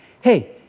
hey